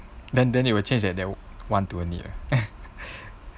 then then it will change that that want to a need ah